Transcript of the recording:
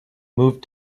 moved